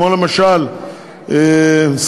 כמו למשל שכירות,